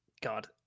God